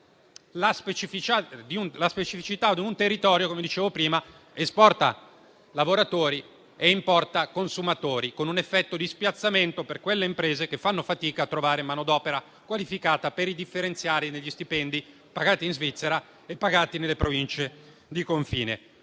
la specificità di un territorio che, come dicevo prima, esporta lavoratori e importa consumatori, con un effetto di spiazzamento per le imprese che fanno fatica a trovare manodopera qualificata per i differenziali degli stipendi pagati in Svizzera e nelle province di confine.